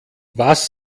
was